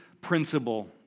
principle